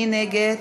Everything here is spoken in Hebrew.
מי נגד?